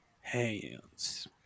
hands